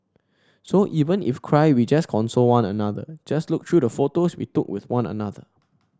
so even if cry we just console one another just look through the photos we took with one another